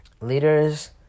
Leaders